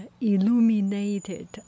illuminated